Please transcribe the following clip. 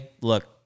look